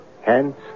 Hence